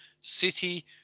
City